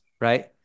right